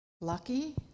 lucky